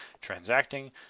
transacting